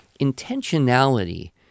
intentionality